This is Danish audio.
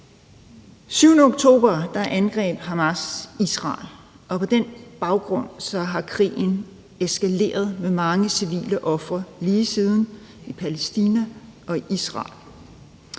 7. oktober 2023 angreb Hamas Israel, og på den baggrund er krigen eskaleret med mange civile ofre i Palæstina og i Israel